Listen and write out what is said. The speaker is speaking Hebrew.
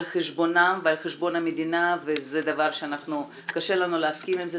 חשבונם ועל חשבון המדינה וזה דבר שקשה לנו להסכים עם זה.